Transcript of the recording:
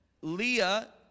Leah